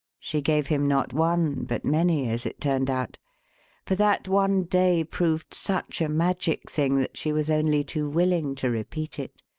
she gave him not one but many, as it turned out for that one day proved such a magic thing that she was only too willing to repeat it,